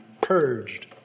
purged